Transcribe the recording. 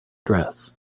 dress